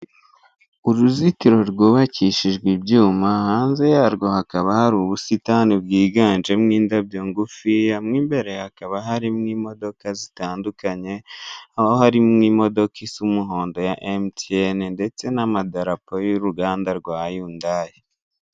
Uruzitiro rwubakishijwe ibyuma hanze yarwo hakaba hari ubusitani bwiganjemo indabyo ngufiya, mo imbere hakaba harimo imodoka zitandukanye, aho hari n'imodoka z'umuhondo ya emutiyene ndetse n'amadarapo y'uruganda rwa yundayi.